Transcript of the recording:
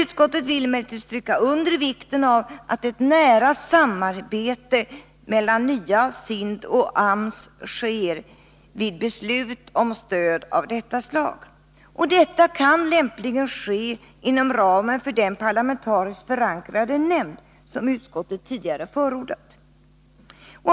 Utskottet vill emellertid stryka under vikten av att ett nära samarbete sker mellan nya SIND och AMS vid beslut om stöd av detta slag. Detta kan lämpligen ske inom ramen för den parlamentariskt förankrade nämnd som utskottet tidigare förordat.